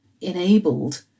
enabled